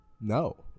No